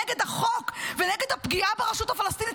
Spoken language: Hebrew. נגד החוק ונגד הפגיעה ברשות הפלסטינית.